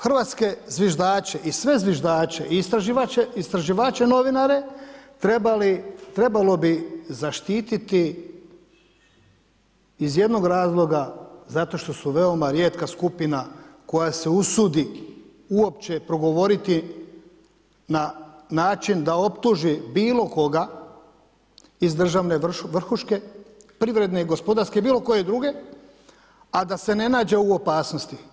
Hrvatske zviždače i sve zviždače i istraživače, novinare, trebalo bi zaštiti iz jednog razloga, zato što su veoma rijetka skupina koja se usudi uopće progovoriti na način da optuži bilo koga iz državne vrhuške, privredne i gospodarske i bilo koje druge, a da se ne nađe u opasnosti.